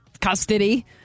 custody